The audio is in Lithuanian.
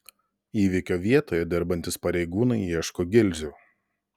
įvykio vietoje dirbantys pareigūnai ieško gilzių